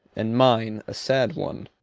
and mine a sad one.